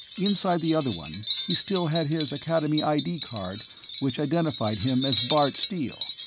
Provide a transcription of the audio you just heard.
inside the other one, he still had his academy id card which identified him as bart steele,